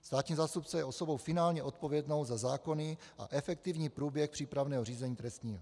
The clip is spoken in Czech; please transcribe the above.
Státní zástupce je osobou finálně odpovědnou za zákonný a efektivní průběh přípravného řízení trestního.